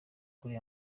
kuri